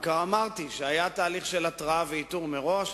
אבל כבר אמרתי שהיה תהליך של התרעה ואיתור מראש,